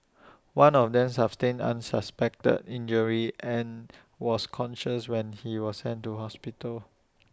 one of them sustained unspecified injuries and was conscious when he was sent to hospital